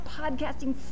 podcasting